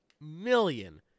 million